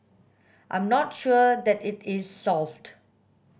I'm not sure that it is solved